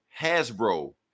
Hasbro